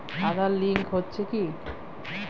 Aadhaar link হচ্ছে কি?